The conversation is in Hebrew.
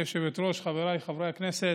גברתי היושבת-ראש, חבריי חברי הכנסת,